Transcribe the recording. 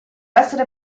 essere